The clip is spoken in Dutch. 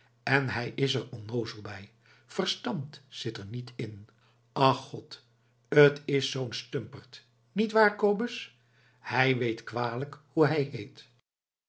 en hij is er onnoozel bij verstand zit er niet in ach god t is zoo'n stumperd niet waar kobus hij weet kwalijk hoe hij heet